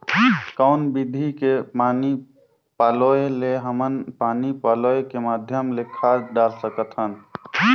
कौन विधि के पानी पलोय ले हमन पानी पलोय के माध्यम ले खाद डाल सकत हन?